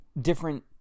different